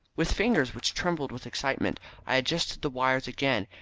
with fingers which trembled with excitement i adjusted the wires again,